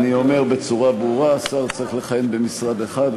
אני אומר בצורה ברורה: שר צריך לכהן במשרד אחד,